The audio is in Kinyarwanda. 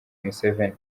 museveni